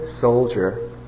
soldier